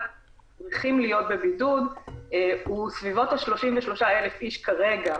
שצריכים להיות בבידוד הוא בסביבות ה-33,000 איש כרגע.